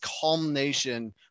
culmination